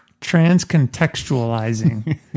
transcontextualizing